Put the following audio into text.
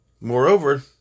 moreover